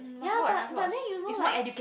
ya but but then you know like